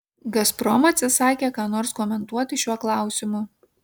gazprom atsisakė ką nors komentuoti šiuo klausimu